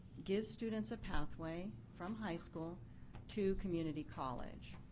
give students a pathway from high school to community college.